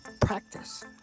practice